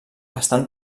estan